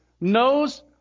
knows